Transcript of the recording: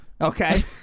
Okay